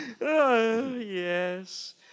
Yes